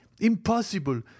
impossible